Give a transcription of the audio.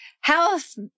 Health